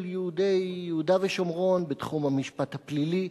יהודי יהודה ושומרון בתחום המשפט הפלילי,